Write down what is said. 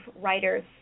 writers